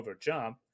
Overjump